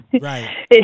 right